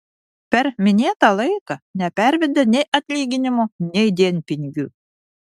per minėtą laiką nepervedė nei atlyginimo nei dienpinigių